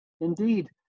Indeed